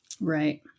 Right